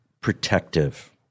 protective